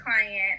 client